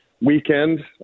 weekend